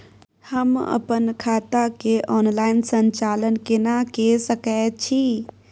हम अपन खाता के ऑनलाइन संचालन केना के सकै छी?